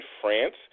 France